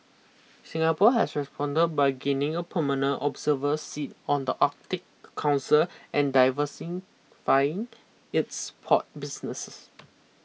Singapore has responded by gaining a permanent observer seat on the Arctic Council and diversifying its port businesses